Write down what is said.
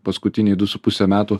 paskutiniai du su puse metų